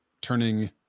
turning